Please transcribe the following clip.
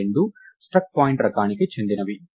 అవి రెండూ struct point రకానికి చెందినది